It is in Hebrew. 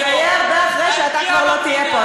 זה יהיה הרבה אחרי שאתה כבר לא תהיה פה,